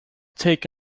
take